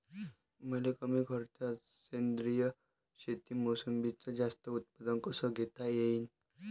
मले कमी खर्चात सेंद्रीय शेतीत मोसंबीचं जास्त उत्पन्न कस घेता येईन?